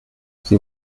sie